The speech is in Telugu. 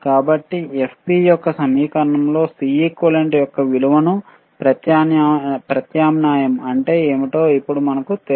కాబట్టి fp యొక్క సమీకరణంలో Cequivalent యొక్క విలువను ప్రత్యామ్నాయం అంటే ఏమిటో ఇప్పుడు మనకు తెలుసు